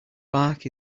bark